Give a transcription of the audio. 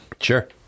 Sure